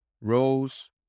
Rose